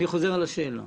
אני חוזר על השאלה.